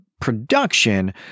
production